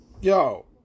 Yo